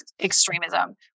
extremism